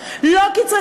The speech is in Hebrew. לא כי זאת טובתן,